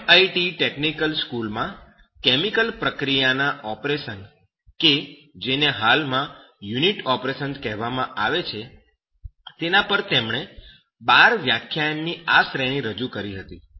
MIT technical સ્કૂલમાં chemical પ્રક્રિયાના operation કે જેને હાલમાં 'યુનિટ ઓપરેશન્સ ' કહેવામા આવે છે પર તેમણે 12 વ્યાખ્યાનની આ શ્રેણી રજૂ કરી હતી